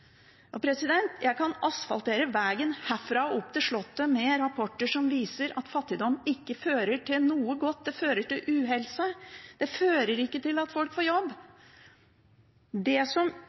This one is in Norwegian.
Jeg kan asfaltere vegen herfra og opp til slottet med rapporter som viser at fattigdom ikke fører til noe godt. Det fører til uhelse. Det fører ikke til at folk får jobb. Det som